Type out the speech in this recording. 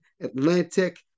Atlantic